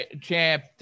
champ